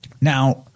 Now